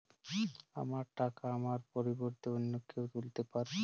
আমার টাকা আমার পরিবর্তে অন্য কেউ তুলতে পারবে?